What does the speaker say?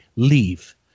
leave